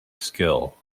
skill